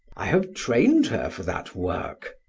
i have trained her for that work.